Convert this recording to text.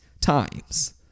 times